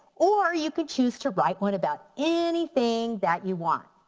or you can choose to write one about anything that you want.